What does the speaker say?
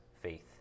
faith